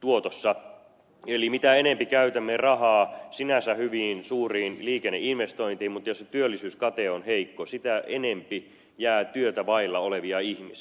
eli mitä enemmän käytämme rahaa sinänsä hyviin suuriin liikenneinvestointeihin mutta jos työllisyyskate on heikko sitä enemmän jää työtä vailla olevia ihmisiä